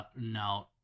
no